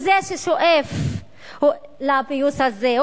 הוא זה ששואף לפיוס הזה.